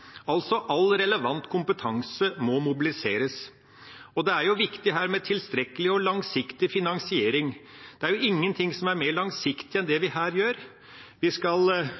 altså mobiliseres. Det er viktig med tilstrekkelig og langsiktig finansiering. Det er ingenting som er mer langsiktig enn det vi her gjør. Vi skal